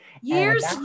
Years